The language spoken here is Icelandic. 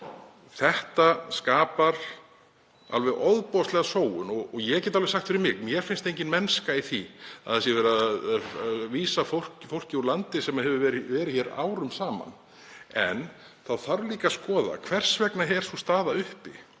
Þetta skapar alveg ofboðslega sóun og ég get alveg sagt fyrir mig: Mér finnst engin mennska í því að verið sé að vísa fólki úr landi sem hefur verið hér árum saman. En þá þarf líka að skoða hvers vegna sú staða er uppi.